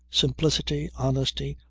simplicity, honesty,